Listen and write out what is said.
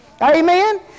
Amen